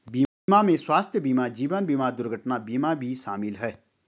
बीमा में स्वास्थय बीमा जीवन बिमा दुर्घटना बीमा भी शामिल है